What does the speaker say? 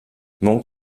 monk